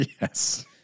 Yes